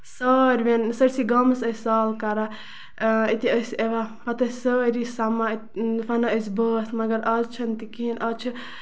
ساروٮ۪ن أسۍ سٲرسٕے گامَس ٲسۍ سال کران أتی ٲسۍ یِوان پَتہٕ ٲسۍ سٲری سَمان وَنان ٲسۍ بٲتھ مَگر آز چھِنہٕ تہِ کِہیٖنۍ آز چھُ